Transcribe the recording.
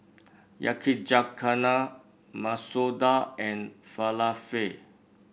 Yakizakana Masoor Dal and Falafel